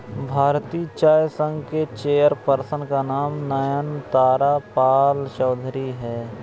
भारतीय चाय संघ के चेयर पर्सन का नाम नयनतारा पालचौधरी हैं